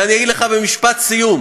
ואני אגיד לך במשפט סיום: